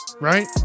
Right